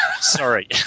sorry